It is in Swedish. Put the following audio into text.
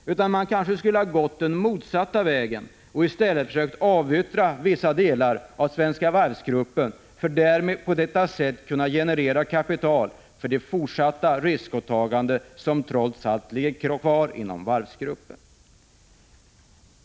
Man skulle kanske ha gått den motsatta vägen och i stället försökt avyttra vissa delar av Svenska Varvgruppen, för att på det sättet kunna generera kapital för det fortsatta riskåtagande som trots allt ligger kvar inom varvsgruppen.